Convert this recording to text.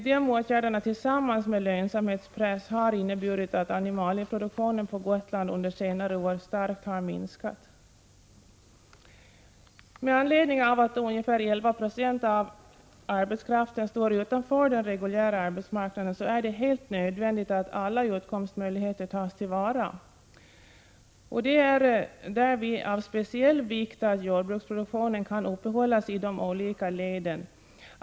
Dessa åtgärder tillsammans med lönsamhetspress har inneburit att animalieproduktionen på Gotland under senare år har minskat starkt. Med anledning av att ca 11 96 av arbetskraften står utanför den reguljära arbetsmarknaden är det nödvändigt att alla utkomstmöjligheter tas till vara. Det är därvid av speciell vikt att jordbruksproduktionen kan upprätthållas i de olika leden.